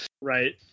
Right